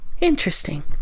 Interesting